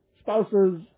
spouses